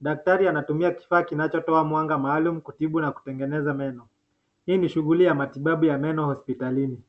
Daktari anatumia kifaa kinachotoa mwanga maalum kutibu na kutengeneza meno. Hii ni shughuli ya matibabu ya meno hosipitalini.